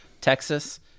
Texas